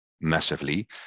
massively